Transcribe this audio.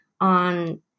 on